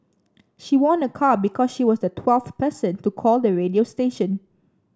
she won a car because she was the twelfth person to call the radio station